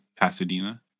Pasadena